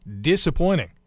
disappointing